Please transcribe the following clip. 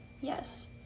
Yes